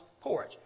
porch